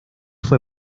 fue